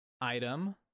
item